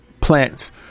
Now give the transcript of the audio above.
plants